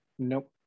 Nope